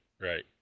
right